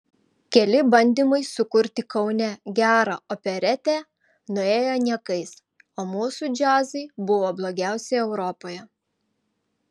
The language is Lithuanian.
keli bandymai sukurti kaune gerą operetę nuėjo niekais o mūsų džiazai buvo blogiausi europoje